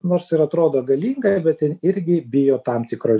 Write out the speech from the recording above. nors ir atrodo galinga bet jin irgi bijo tam tikro